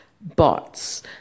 bots